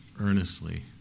earnestly